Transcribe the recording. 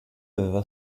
aveva